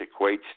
equates